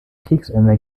kriegsende